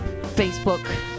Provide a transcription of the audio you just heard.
Facebook